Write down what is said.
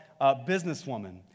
businesswoman